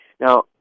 Now